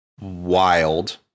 wild